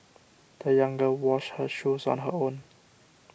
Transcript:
the young girl washed her shoes on her own